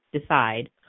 decide